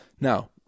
Now